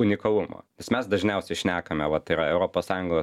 unikalumo nes mes dažniausiai šnekame va tai yra europos sąjungos